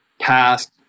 passed